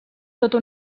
tota